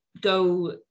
go